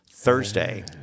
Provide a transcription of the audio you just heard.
thursday